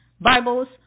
Bibles